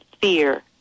fear